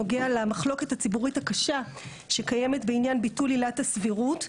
נוגע למחלוקת הציבורית הקשה שקיימת בעניין ביטול עילת הסבירות,